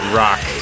rock